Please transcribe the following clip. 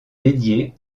dédiée